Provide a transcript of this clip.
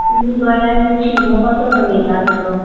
गोंयान शिगमो कसो मनयतात तो